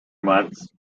months